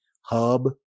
hub